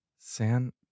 San